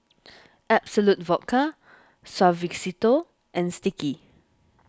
Absolut Vodka Suavecito and Sticky